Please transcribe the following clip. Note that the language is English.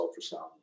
ultrasound